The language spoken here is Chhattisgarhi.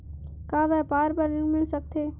का व्यापार बर ऋण मिल सकथे?